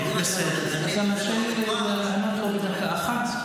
--- אתה תומך --- אתה מרשה לי לענות לו דקה אחת?